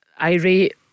irate